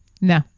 No